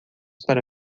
para